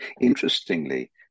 interestingly